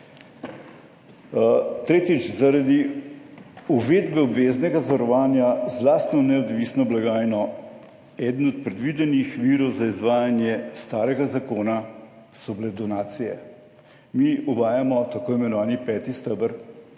Tretjič zaradi uvedbe obveznega zavarovanja z lastno neodvisno blagajno. Eden od predvidenih virov za izvajanje starega zakona so bile donacije. Mi uvajamo tako imenovani peti steber.